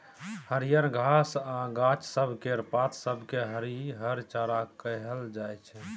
हरियर घास आ गाछ सब केर पात सब केँ हरिहर चारा कहल जाइ छै